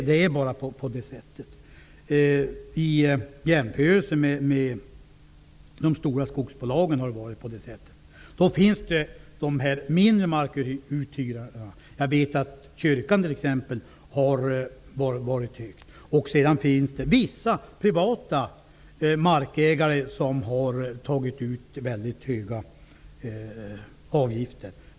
Domän har, i jämförelse med de stora skogsbolagen, egentligen legat högst i pris hela tiden. Visserligen finns det mindre markuthyrare, exempelvis kyrkan, som har legat högt i pris. Det finns också vissa privata markägare som tagit ut mycket höga avgifter.